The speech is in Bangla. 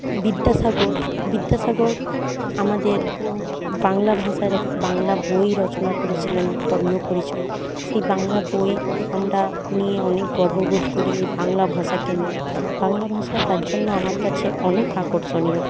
বিদ্যাসাগর বিদ্যাসাগর আমাদের বাংলা ভাষার এক বাংলা বই রচনা করেছিলেন বর্ণপরিচয় সেই বাংলা বই আমরা নিয়ে অনেক গর্ববোধ করি এই বাংলা ভাষাকে নিয়ে বাংলা ভাষা তার জন্য আমার কাছে অনেক আকর্ষণীয়